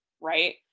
Right